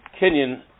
Kenyan